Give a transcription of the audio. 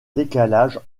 décalage